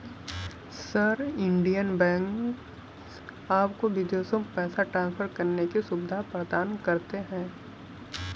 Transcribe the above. sir, Indian banks आपको विदेशों में पैसे ट्रान्सफर करने की सुविधा प्रदान करते हैं